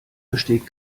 besteht